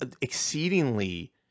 exceedingly